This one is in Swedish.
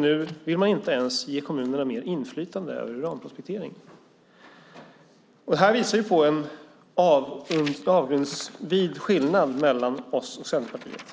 Nu vill man inte ens ge kommunerna mer inflytande över uranprospektering. Detta visar på en avgrundsvid skillnad mellan oss och Centerpartiet.